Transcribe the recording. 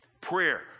prayer